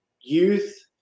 youth